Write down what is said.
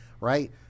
Right